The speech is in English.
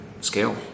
scale